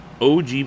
OG